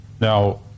Now